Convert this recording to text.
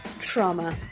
trauma